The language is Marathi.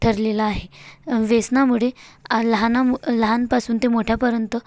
ठरलेलं आहे व्यसनामुळे लहना मु लहानपासून ते मोठ्यापर्यंत